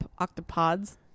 octopods